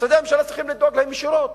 משרדי הממשלה צריכים לדאוג להם ישירות.